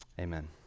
Amen